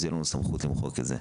אז תהיה לו סמכות למחוק את זה.